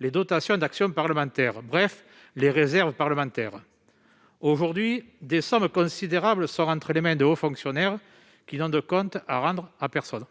les dotations d'action parlementaire, c'est-à-dire les réserves parlementaires. Aujourd'hui, des sommes considérables sont entre les mains de hauts fonctionnaires, qui n'ont de comptes à rendre à personne.